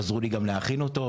עזרו לי גם להכין אותו.